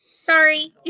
Sorry